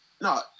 No